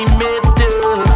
middle